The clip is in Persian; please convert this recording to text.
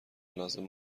لازم